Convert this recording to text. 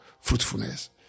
fruitfulness